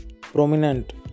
prominent